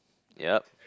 yup